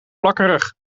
plakkerig